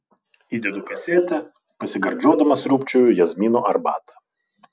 įdedu kasetę pasigardžiuodama sriubčioju jazminų arbatą